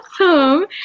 Awesome